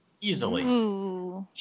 Easily